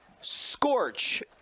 Scorch